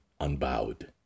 unbowed